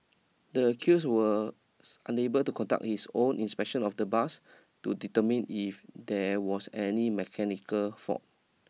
the accused were unable to conduct his own inspection of the bus to determine if there was any mechanical fault